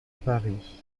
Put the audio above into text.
paris